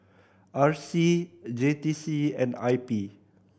R C J T C and I P